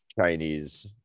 chinese